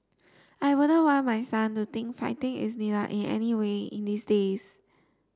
I wouldn't want my son to think fighting is needed in any way in these days